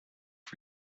for